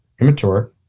immature